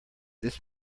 this